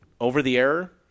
over-the-air